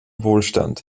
wohlstand